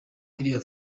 iriya